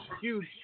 huge